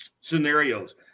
scenarios